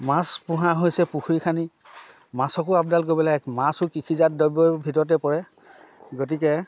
মাছ পোহা হৈছে পুখুৰী খান্দি মাছকো আপডাল কৰিব লাগে মাছো কৃষিজাত দ্ৰব্যৰ ভিতৰতে পৰে গতিকে